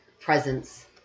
presence